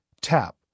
tap